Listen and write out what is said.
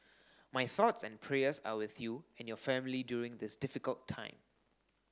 my thoughts and prayers are with you and your family during this difficult time